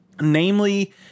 namely